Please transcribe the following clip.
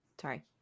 sorry